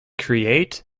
create